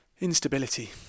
instability